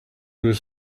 was